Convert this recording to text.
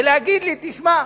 ולהגיד לי: תשמע,